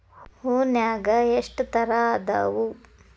ಹೂನ್ಯಾಗ ಎಷ್ಟ ತರಾ ಅದಾವ್?